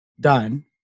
done